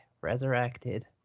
resurrected